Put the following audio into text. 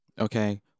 okay